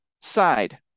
side